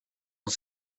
ont